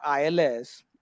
ILS